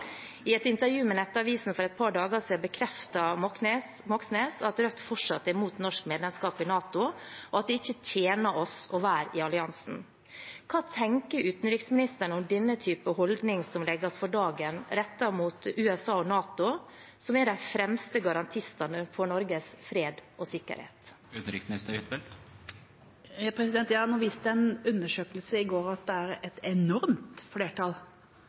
I et intervju med Nettavisen for et par dager siden bekreftet Moxnes at Rødt fortsatt er mot norsk medlemskap i NATO, og at det ikke tjener oss å være i alliansen. Hva tenker utenriksministeren om denne type holdning som legges for dagen, rettet mot USA og NATO, som er de fremste garantistene for Norges fred og sikkerhet? Nå viste en undersøkelse i går at det er et enormt flertall